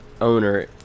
owner